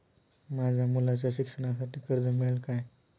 माझ्या मुलाच्या शिक्षणासाठी कर्ज मिळेल काय?